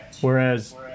whereas